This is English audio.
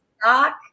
stock